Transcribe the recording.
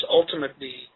ultimately